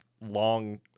long